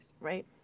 Right